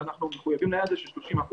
ואנחנו מחויבים ליעד הזה של 30%,